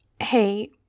Hey